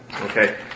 Okay